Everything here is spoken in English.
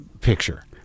picture